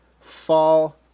fall